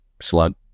slug